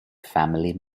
family